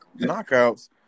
knockouts